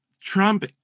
Trump